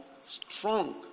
strong